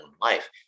life